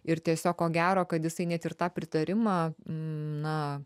ir tiesiog ko gero kad jisai net ir tą pritarimą na